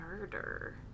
murder